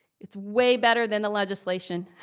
it's way better than the legislation.